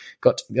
got